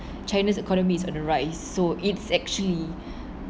china's economy is on the rise so it's actually